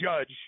judge